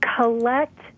collect